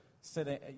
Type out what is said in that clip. sitting